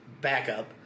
backup